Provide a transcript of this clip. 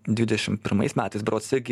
dvidešimt pirmais metais berods irgi